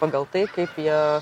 pagal tai kaip jie